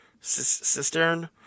cistern